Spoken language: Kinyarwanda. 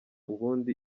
ubundi